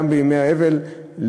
גם בימי האבל,